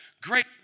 Great